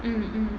mm mm